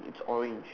it's orange